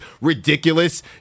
ridiculous